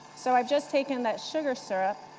so i've just taken that sugar syrup,